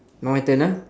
now my turn ah